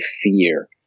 fear